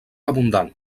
abundant